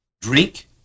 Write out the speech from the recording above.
drink